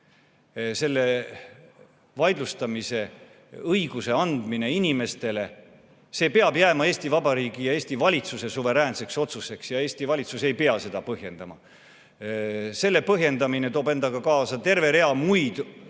Vaidlustamise õiguse andmine inimestele – see peab jääma Eesti Vabariigi ja Eesti valitsuse suveräänseks otsuseks. Eesti valitsus ei pea seda põhjendama. Selle põhjendamine toob endaga kaasa terve rea muid probleeme